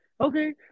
Okay